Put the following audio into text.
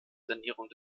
sanierung